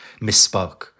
misspoke